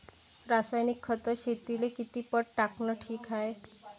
रासायनिक खत शेतीले किती पट टाकनं ठीक हाये?